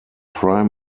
prime